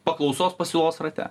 paklausos pasiūlos rate